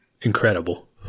Incredible